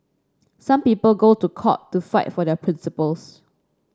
some people go to court to fight for their principles